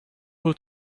who